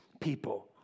people